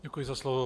Děkuji za slovo.